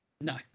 no